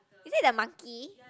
is it that monkey